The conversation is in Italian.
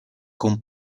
con